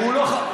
אתה לא מתבייש?